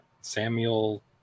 Samuel